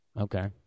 okay